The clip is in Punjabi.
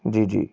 ਜੀ ਜੀ